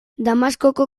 damaskoko